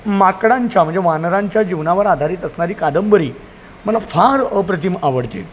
माकडांच्या म्हणजे वानरांच्या जीवनावर आधारित असणारी कादंबरी मला फार अप्रतिम आवडते आहे